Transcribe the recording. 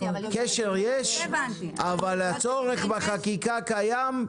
קשר יש אבל הצורך בחקיקה קיים.